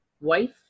wife